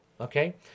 Okay